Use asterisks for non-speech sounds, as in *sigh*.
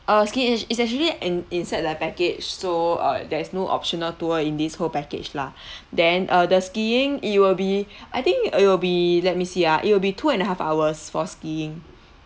uh skiing it's actually and inside the package so uh there is no optional tour in this whole package lah *breath* then uh the skiing it will be *breath* I think it will be let me see ah it will be two and a half hours for skiing